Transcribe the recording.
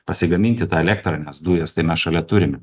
pasigaminti tą elektrą nes dujas tai mes šalia turime